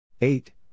Eight